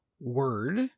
word